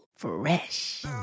Fresh